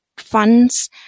funds